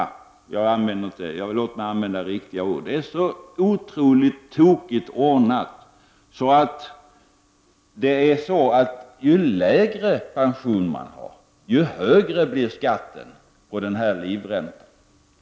Det är så otroligt tokigt ordnat att ju lägre pension dessa människor har, desto högre blir skatten på den här livräntan.